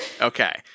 Okay